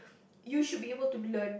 you should be able to learn